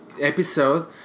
episode